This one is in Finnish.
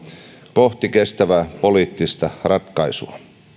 kohti kestävää poliittista ratkaisua